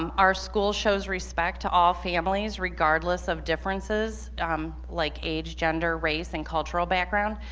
um our school shows respect to all families regardless of differences like age, gender, race, and cultural background.